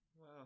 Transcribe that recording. Wow